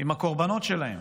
לקורבנות שלהם,